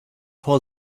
for